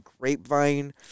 Grapevine